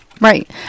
Right